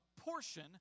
portion